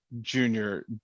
Junior